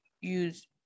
use